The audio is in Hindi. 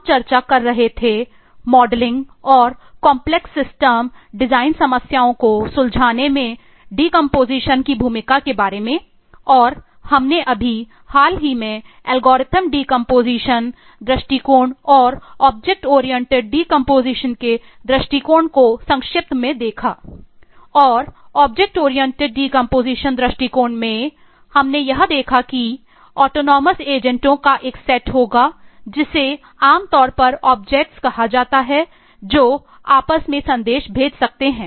हम चर्चा कर रहे थे मॉडलिंग और कॉम्प्लेक्स सिस्टम कहा जाता है जो आपस में संदेश भेज सकते हैं